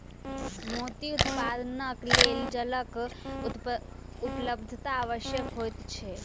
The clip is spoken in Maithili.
मोती उत्पादनक लेल जलक उपलब्धता आवश्यक होइत छै